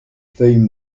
feuilles